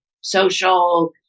social